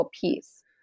piece